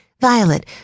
Violet